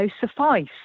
suffice